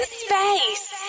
space